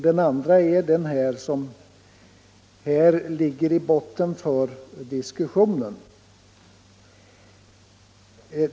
Den andra är det som ligger i botten på den här diskussionen.